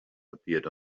appeared